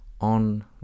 on